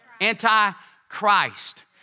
Anti-Christ